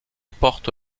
porte